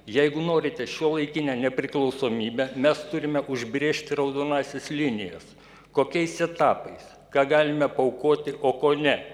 jeigu norite šiuolaikinę nepriklausomybę mes turime užbrėžti raudonąsias linijas kokiais etapais ką galime paaukoti o ko ne